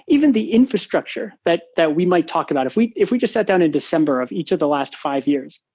even the infrastructure that that we might talk about. if we if we just sat down in december of each of the last five years,